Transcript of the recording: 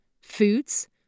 foods